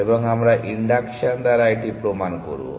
এবং আমরা ইন্ডাকশন দ্বারা এটি প্রমাণ করব